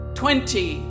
twenty